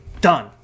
done